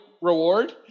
reward